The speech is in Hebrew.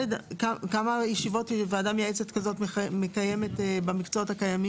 כמה ישיבות ועדה מייעצת כזאת מקיימת במקצועות הקיימים?